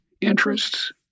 interests